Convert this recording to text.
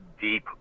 deep